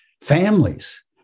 families